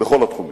ובכל התחומים.